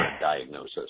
diagnosis